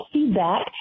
Feedback